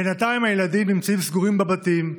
בינתיים הילדים נמצאים סגורים בבתים,